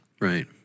Right